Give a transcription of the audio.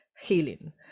healing